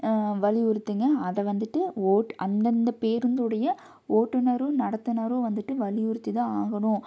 வலியுறுத்துங்க அதை வந்துட்டு ஓட் அந்த அந்த பேருந்துடைய ஓட்டுநரும் நடத்துநரும் வந்துட்டு வலியுறுத்தி தான் ஆகணும்